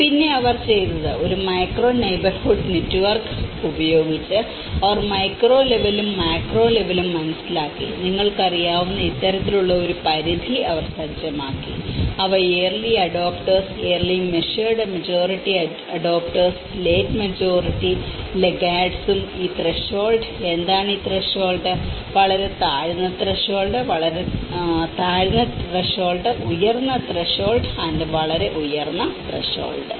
പിന്നെ അവർ ചെയ്തത് ഒരു മൈക്രോ നെയ്ബർഹുഡ്ഡ് നെറ്റ്വർക്കുകൾ ഉപയോഗിച്ച് അവർ മൈക്രോ ലെവലും മാക്രോ ലെവലും മനസ്സിലാക്കി നിങ്ങൾക്ക് അറിയാവുന്ന ഇത്തരത്തിലുള്ള പരിധി അവർ സജ്ജമാക്കി അവ ഏർലി അഡോപ്റ്റെർസ് ഏർലി മെഷേഡ് മജോറിറ്റി അഡോപ്റ്റെർസ് ലേറ്റ് മജോറിറ്റി ലഗഗാർഡ്സും ഈ ത്രെഷോൾഡും എന്താണ് ഈ ത്രെഷോൾഡ് വളരെ താഴ്ന്ന ത്രെഷോൾഡ് താഴ്ന്ന ത്രെഷോൾഡ് ഉയർന്ന ത്രെഷോൾഡ് വളരെ ഉയർന്ന ത്രെഷോൾഡ്